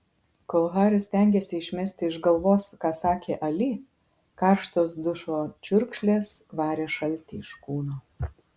kol haris stengėsi išmesti iš galvos ką sakė ali karštos dušo čiurkšlės varė šaltį iš kūno